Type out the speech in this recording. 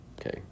Okay